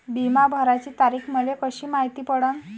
बिमा भराची तारीख मले कशी मायती पडन?